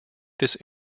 this